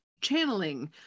channeling